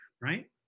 right